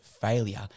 failure